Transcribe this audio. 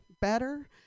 better